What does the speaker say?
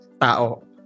tao